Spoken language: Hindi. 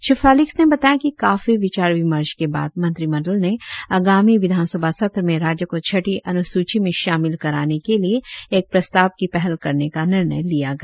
श्री फ़ेलिक्स ने बताया कि काफी विचार विमर्श के बाद मंत्रिमडल ने आगामी विधानसभा सत्र में राज्य को छठी अन्सूचि में शामिल कराने के लिए एक प्रस्ताव की पहल करने का निर्णय लिया गया